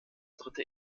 dritte